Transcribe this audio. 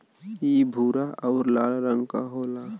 इ भूरा आउर लाल रंग क होला